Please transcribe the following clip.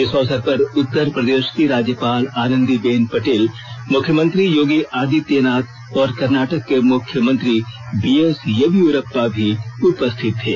इस अवसर पर उत्तर प्रदेश की राज्यपाल आनंदीबेन पटेल मुख्यमंत्री योगी आदित्यनाथ और कर्नाटक के मुख्यदमंत्री बी एस येदियुरप्पा भी उपस्थित थे